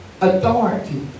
authority